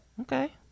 Okay